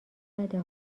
بده